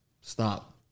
Stop